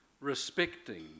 respecting